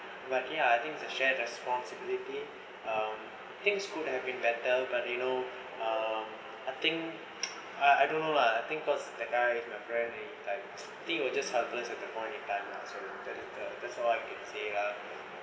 but ya I think is a shared responsibility uh things could have been better but you know um I think I I don't know lah I think cause that guy is my friend think he will just helpless at that point in time lah so that is uh that's all I can say lah